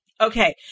Okay